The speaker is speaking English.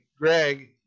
Greg